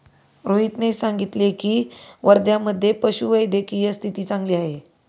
रोहितने सांगितले की, वर्ध्यामधे पशुवैद्यकीय स्थिती चांगली आहे